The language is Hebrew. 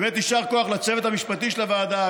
באמת יישר כוח לצוות המשפטי של הוועדה,